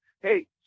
hey